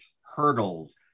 hurdles